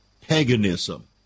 paganism